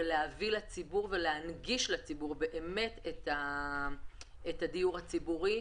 אפשר להביא לציבור ולהנגיש לציבור את הדיור הציבורי.